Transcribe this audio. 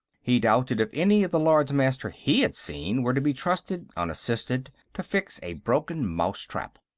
he doubted if any of the lords-master he had seen were to be trusted, unassisted, to fix a broken mouse-trap.